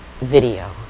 video